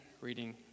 reading